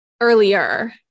earlier